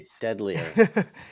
deadlier